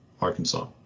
arkansas